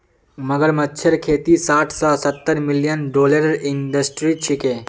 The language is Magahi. मगरमच्छेर खेती साठ स सत्तर मिलियन डॉलरेर इंडस्ट्री छिके